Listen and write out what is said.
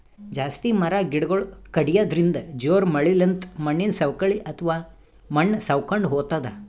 ಜಾಸ್ತಿ ಮರ ಗಿಡಗೊಳ್ ಕಡ್ಯದ್ರಿನ್ದ, ಜೋರ್ ಮಳಿಲಿಂತ್ ಮಣ್ಣಿನ್ ಸವಕಳಿ ಅಥವಾ ಮಣ್ಣ್ ಸವಕೊಂಡ್ ಹೊತದ್